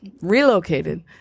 relocated